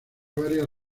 varias